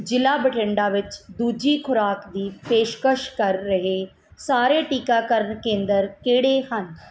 ਜ਼ਿਲੇ ਬਠਿੰਡਾ ਵਿੱਚ ਦੂਜੀ ਖੁਰਾਕ ਦੀ ਪੇਸ਼ਕਸ਼ ਕਰ ਰਹੇ ਸਾਰੇ ਟੀਕਾਕਰਨ ਕੇਂਦਰ ਕਿਹੜੇ ਹਨ